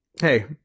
Hey